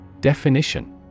Definition